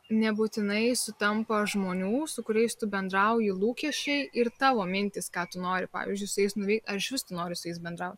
nebūtinai sutampa žmonių su kuriais tu bendrauji lūkesčiai ir tavo mintys ką tu nori pavyzdžiui su jais nuveikt ar iš vis tu noriu su jais bendraut